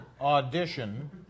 audition